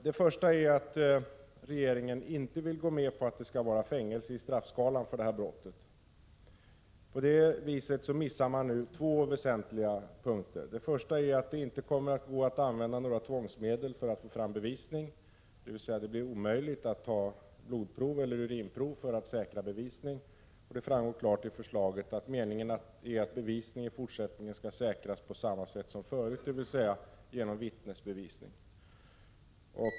Regeringen vill t.ex. inte gå med på att det skall vara fängelse i straffskalan för detta brott. På det viset missar man två väsentliga punkter. Det första är att det inte kommer att gå att använda några tvångsmedel för att få fram bevisning, dvs. det blir omöjligt att ta blodprov eller urinprov för att säkra bevisning. Det framgår klart av förslaget att meningen är att bevisning i fortsättningen skall säkras på samma sätt som hittills — genom vittnesbevisning.